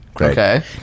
Okay